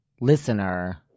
listener